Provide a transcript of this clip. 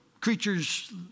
creatures